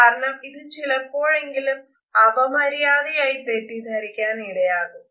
കാരണം ഇത് ചിലപ്പോഴെങ്കിലും അപമര്യാദയായി തെറ്റിദ്ധരിക്കാൻ ഇടയാക്കും